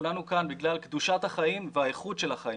כולנו כאן בגלל קדושת החיים והאיכות של החיים,